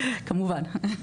כמובן.